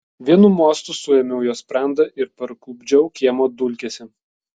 vienu mostu suėmiau jo sprandą ir parklupdžiau kiemo dulkėse